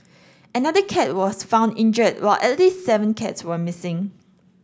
another cat was found injured while at least seven cats were missing